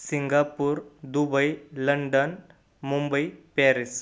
Singapore Dubai London Mumbai Paris